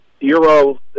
Euro